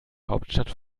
hauptstadt